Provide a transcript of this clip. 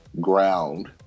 ground